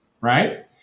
right